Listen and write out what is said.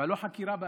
אבל לא חקירה באזהרה.